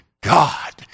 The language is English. God